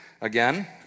Again